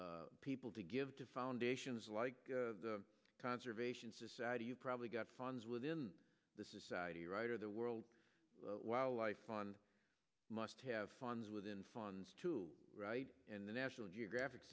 get people to give to foundations like the conservation society you've probably got funds within the society right or the world wildlife fund must have funds within funds to right and the national geographic